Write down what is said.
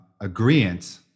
agreement